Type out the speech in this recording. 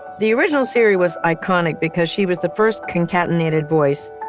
the original siri was iconic because she was the first concatenated voice,